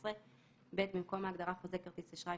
התשע"ח-2018,"; (ב)במקום ההגדרה ""חוזה כרטיס אשראי",